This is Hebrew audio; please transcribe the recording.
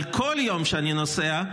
אבל בכל יום שאני נוסע,